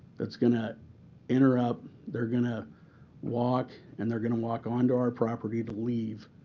that's going to interrupt, they're going to walk, and they're going to walk onto our property to leave.